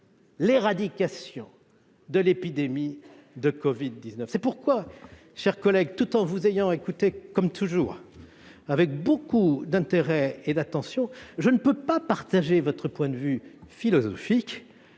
l'éradication de l'épidémie de covid-19. C'est pourquoi, mon cher collègue, quoique je vous aie écouté, comme toujours, avec beaucoup d'intérêt et d'attention, je ne peux pas partager le point de vue philosophique